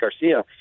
Garcia